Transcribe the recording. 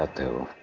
ah to